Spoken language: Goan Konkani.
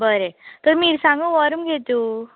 बरें तर मिरसांगो व्हर मगे तूं